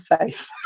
face